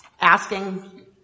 Asking